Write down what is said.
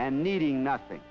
and needing nothing